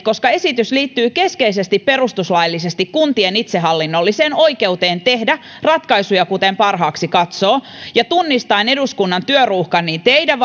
koska esitys liittyy keskeisesti perustuslaillisesti kuntien itsehallinnolliseen oikeuteen tehdä ratkaisuja kuten parhaaksi katsoo tunnistaen samalla eduskunnan työruuhkan niin teidän